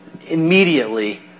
immediately